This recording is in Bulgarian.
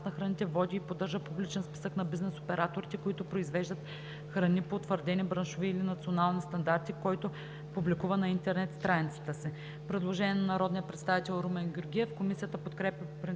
на храните води и поддържа публичен списък на бизнес операторите, които произвеждат храни по утвърдени, браншови или национални стандарти, който публикува на интернет страницата си.“ Предложение па народния представител Румен Георгиев. Комисията подкрепя по принцип